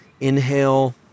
inhale